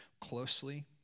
closely